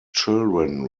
children